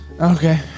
Okay